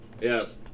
Yes